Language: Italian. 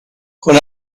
con